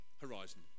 Horizon